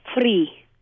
free